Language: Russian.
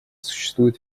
существует